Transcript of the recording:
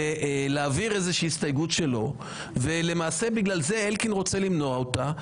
להעביר איזושהי הסתייגות שלו ולמעשה בגלל זה אלקין רוצה למנוע אותה,